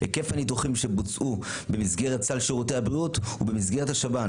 היקף הניתוחים שבוצעו במסגרת סל שירותי הבריאות ובמסגרת השב"ן,